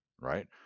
right